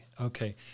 Okay